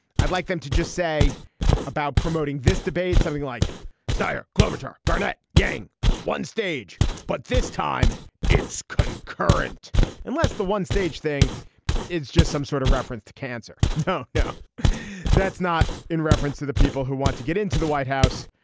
i'd like them to just say about promoting this debate something like satire clever tom garnet yang one stage. but this time it's concurrent unless the one stage thing it's just some sort of reference to cancer. no no that's not in reference to the people who want to get into the white house.